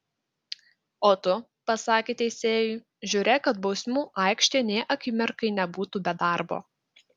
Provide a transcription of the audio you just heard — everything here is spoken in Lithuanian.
o tu pasakė teisėjui žiūrėk kad bausmių aikštė nė akimirkai nebūtų be darbo